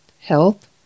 health